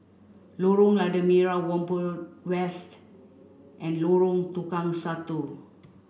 Lorong Lada Merah Whampoa West and Lorong Tukang Satu